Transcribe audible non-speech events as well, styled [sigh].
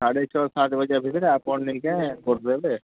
ସାଢ଼େ ଛଅ ସାତ ବଜେ ଭିତରେ ଆପଣ ନେଇକିରି [unintelligible]